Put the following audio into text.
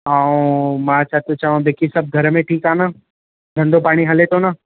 ऐं मां छा थो चवां बाक़ी सभु घर में ठीकु आहे न धंधो पाणी हले थो न